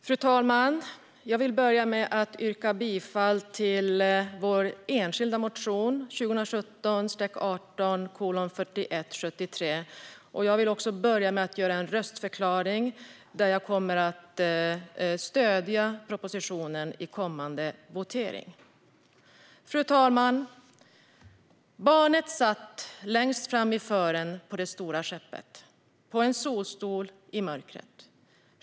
Fru talman! Jag vill börja med att yrka bifall till vår enskilda motion 2017/18:4173, och jag vill också göra en röstförklaring då jag kommer att stödja propositionen i kommande votering. Fru talman! Barnet satt längst fram i fören på det stora skeppet på en solstol i mörkret.